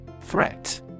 Threat